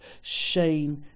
Shane